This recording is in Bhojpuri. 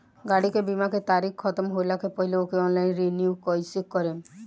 गाड़ी के बीमा के तारीक ख़तम होला के पहिले ओके ऑनलाइन रिन्यू कईसे करेम?